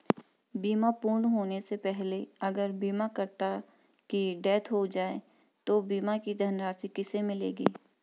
बीमा पूर्ण होने से पहले अगर बीमा करता की डेथ हो जाए तो बीमा की धनराशि किसे मिलेगी?